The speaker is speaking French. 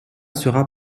sera